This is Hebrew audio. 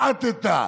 בעטת,